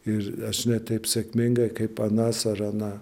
ir aš ne taip sėkmingai kaip anas ar ana